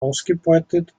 ausgebeutet